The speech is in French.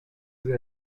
vous